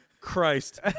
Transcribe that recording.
Christ